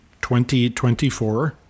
2024